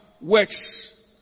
works